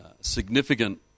significant